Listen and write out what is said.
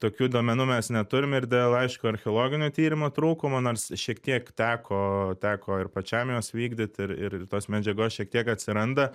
tokių duomenų mes neturim ir dėl aišku archeologinių tyrimų trūkumo nors šiek tiek teko teko ir pačiam juos vykdyt ir ir tos medžiagos šiek tiek atsiranda